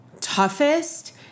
toughest